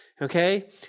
okay